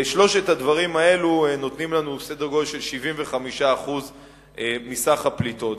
שלושת הדברים האלה נותנים לנו סדר גודל של יותר מ-75% מסך הפליטות.